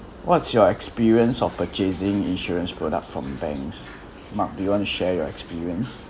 what's your experience of purchasing insurance product from banks mark do you want to share your experience